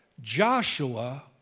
Joshua